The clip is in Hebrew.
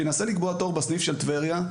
שינסה לקבוע תור בסניף של טבריה.